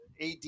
AD